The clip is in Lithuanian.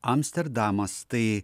amsterdamas tai